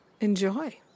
enjoy